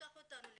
לקח אותנו לראות,